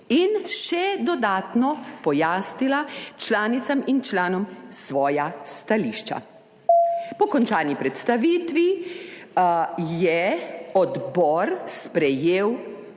in še dodatno pojasnila članicam in članom svoja stališča. Po končani predstavitvi je odbor sprejel